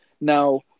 Now